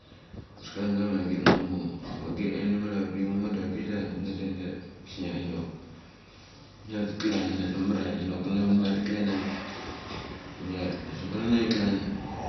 Ambes klan gama git nga mo. Ma gia animal avabik nga mo da avabik da ngeth nga dun da gisnia chinicnok ngiat klan. Ambes mamar a chana chok nga na vun marik klan navik. Ia dasik klan avi klan.